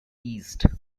east